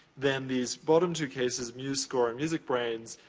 then these bottom two cases, musescore and musicbrainz,